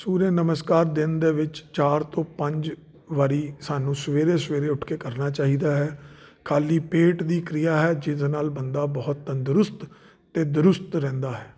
ਸੂਰਿਆ ਨਮਸਕਾਰ ਦਿਨ ਦੇ ਵਿੱਚ ਚਾਰ ਤੋਂ ਪੰਜ ਵਾਰੀ ਸਾਨੂੰ ਸਵੇਰੇ ਸਵੇਰੇ ਉੱਠ ਕੇ ਕਰਨਾ ਚਾਹੀਦਾ ਹੈ ਖਾਲ੍ਹੀ ਪੇਟ ਦੀ ਕ੍ਰਿਆ ਹੈ ਜਿਹਦੇ ਨਾਲ ਬੰਦਾ ਬਹੁਤ ਤੰਦਰੁਸਤ ਅਤੇ ਦਰੁਸਤ ਰਹਿੰਦਾ ਹੈ